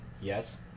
yes